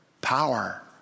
power